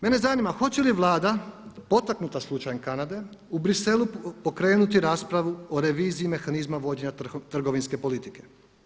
Mene zanima hoće li Vlada potaknuta slučajem Kanade u Bruxellesu pokrenuti raspravu o reviziji i mehanizmima vođenja trgovinske politike?